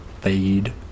Fade